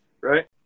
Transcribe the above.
right